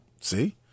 See